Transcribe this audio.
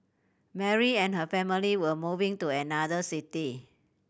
Mary and her family were moving to another city